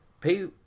pay